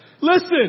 Listen